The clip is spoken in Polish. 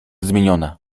zmieniona